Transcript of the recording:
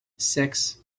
six